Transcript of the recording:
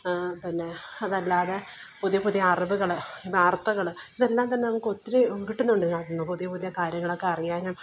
പിന്നെ അതല്ലാതെ പുതിയ പുതിയ അറിവുകൾ വാർത്തകൾ ഇതെല്ലാം തന്നെ ഒത്തിരി കിട്ടുന്നുണ്ട് ഇതിനകത്തു നിന്നു പുതിയ പുതിയ കാര്യങ്ങൾ ഒക്കെ അറിയാനും